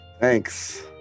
Thanks